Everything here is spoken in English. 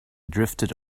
drifted